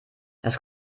das